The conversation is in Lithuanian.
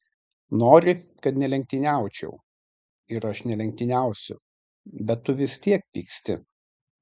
nori kad nelenktyniaučiau ir aš nelenktyniausiu bet tu vis tiek pyksti